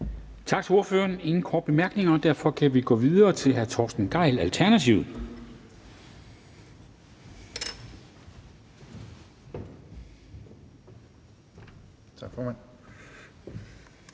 Tak til ordføreren. Der er ingen korte bemærkninger, og derfor kan vi gå videre til hr. Torsten Gejl, Alternativet. Kl.